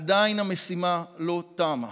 עדיין המשימה לא תמה.